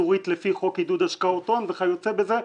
ייצורית לפי חוק עידוד השקעות הון וכיוצא בזה,